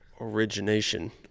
origination